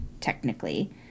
technically